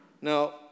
Now